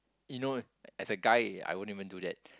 you know as a guy I won't even do that